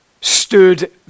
stood